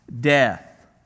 death